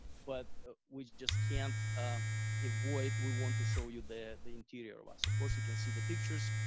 but we just can't avoid we want to show you the the interior of us of course, you can see the pictures.